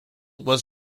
was